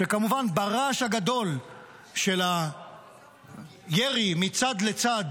שכמובן ברעש הגדול של הירי מצד לצד